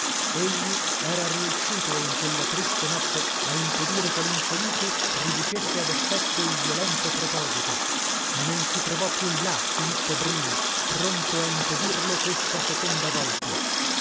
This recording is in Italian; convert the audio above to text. egli era riuscito in quella triste notte a impedire che linfelice riducesse ad effetto il violento proposito ma non si trovò più là filippo brina pronto ad impedirlo questa seconda volta